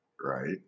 right